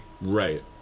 Right